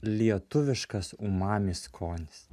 lietuviškas umami skonis